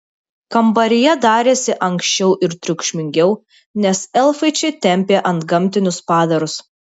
kambaryje darėsi ankščiau ir triukšmingiau nes elfai čia tempė antgamtinius padarus